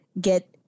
get